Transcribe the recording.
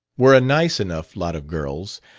were a nice enough lot of girls,